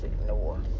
ignore